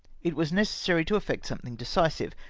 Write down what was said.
it was neces sary to effect sometlhng decisive.